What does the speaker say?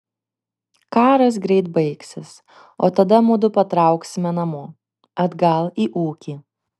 karas greit baigsis o tada mudu patrauksime namo atgal į ūkį